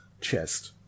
chest